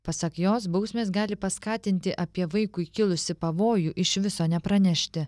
pasak jos bausmės gali paskatinti apie vaikui kilusį pavojų iš viso nepranešti